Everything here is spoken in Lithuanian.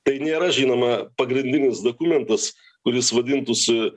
tai nėra žinoma pagrindinis dokumentas kuris vadintųsi